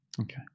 Okay